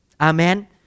Amen